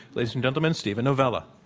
ladies and gentlemen, steven novella.